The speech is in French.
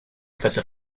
face